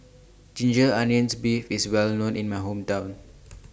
Ginger Onions Beef IS Well known in My Hometown